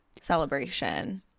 celebration